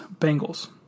Bengals